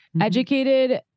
educated